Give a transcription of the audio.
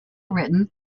written